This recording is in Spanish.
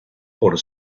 por